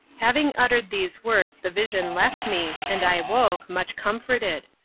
having uttered these words the vision left me, and i woke, much comforted.